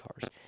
cars